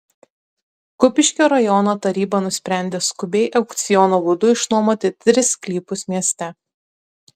kupiškio rajono taryba nusprendė skubiai aukciono būdu išnuomoti tris sklypus mieste